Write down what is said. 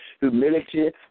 humility